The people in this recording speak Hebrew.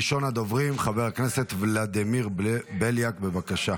ראשון הדוברים, חבר הכנסת ולדימיר בליאק, בבקשה.